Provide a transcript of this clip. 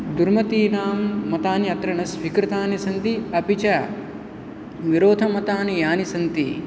दुर्मतीनां मतानि अत्र न स्वीकृतानि सन्ति अपि च विरोधमतानि यानि सन्ति